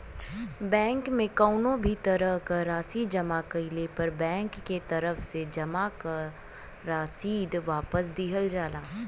bank में कउनो भी तरह क राशि जमा कइले पर बैंक के तरफ से जमा क रसीद वापस दिहल जाला